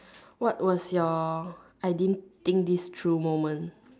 what was your I didn't think this through moment